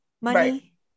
money